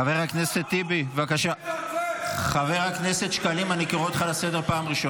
(חברי הכנסת אלמוג כהן ועופר כסיף יוצאים מאולם המליאה.)